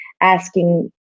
asking